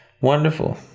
wonderful